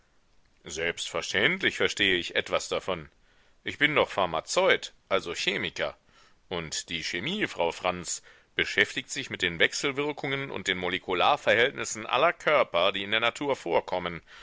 selbstverständlich verstehe ich etwas davon ich bin doch pharmazeut also chemiker und die chemie frau franz beschäftigt sich mit den wechselwirkungen und den molekularverhältnissen aller körper die in der natur vorkommen